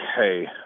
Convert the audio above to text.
okay